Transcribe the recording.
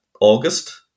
August